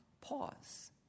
pause